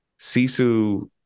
Sisu